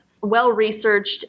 well-researched